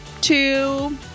two